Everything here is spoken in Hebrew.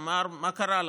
אמר: מה קרה לכם?